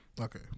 okay